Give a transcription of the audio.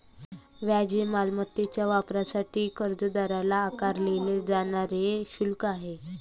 व्याज हे मालमत्तेच्या वापरासाठी कर्जदाराला आकारले जाणारे शुल्क आहे